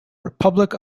republic